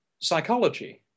psychology